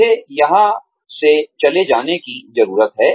मुझे यहां से चले जाने की जरूरत है